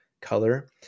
color